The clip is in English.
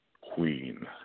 queen